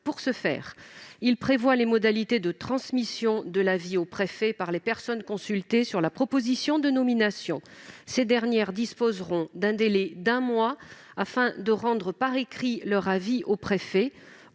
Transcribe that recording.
Pour ce faire, il tend à prévoir les modalités de transmission de l'avis au préfet par les personnes consultées sur la proposition de nomination. Ces dernières disposeront d'un délai d'un mois afin de rendre par écrit leur avis au préfet.